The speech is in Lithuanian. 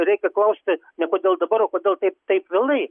reikia klausti ne kodėl dabar o kodėl taip taip vėlai